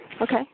okay